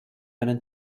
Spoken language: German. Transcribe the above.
einen